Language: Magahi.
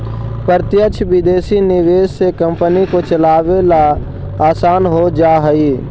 प्रत्यक्ष विदेशी निवेश से कंपनी को चलावे ला आसान हो जा हई